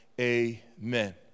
amen